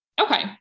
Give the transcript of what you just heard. Okay